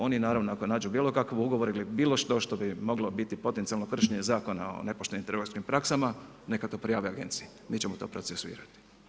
Oni naravno ako nađu bilo kakav ugovor ili bilo što što bi moglo biti potencijalno kršenje Zakona o nepoštenim trgovačkim praksama neka to prijave Agenciji, mi ćemo to procesuirati.